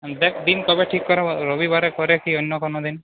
দেখ দিন কবে ঠিক করা রবিবারের পরে কি অন্য কোনো দিন